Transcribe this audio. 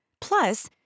Plus